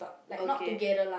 okay